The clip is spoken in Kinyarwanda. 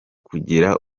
kugira